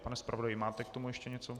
Pane zpravodaji, máte k tomu ještě něco?